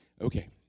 Okay